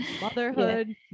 Motherhood